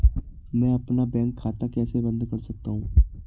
मैं अपना बैंक खाता कैसे बंद कर सकता हूँ?